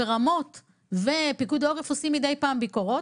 ורמו"ת ופיקוד העורף עושים מדי פעם ביקורות,